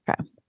okay